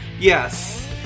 Yes